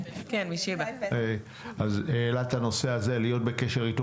אז להיות בקשר איתו,